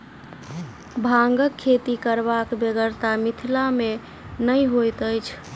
भांगक खेती करबाक बेगरता मिथिला मे नै होइत अछि